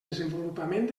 desenvolupament